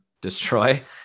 destroy